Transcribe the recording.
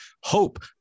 hope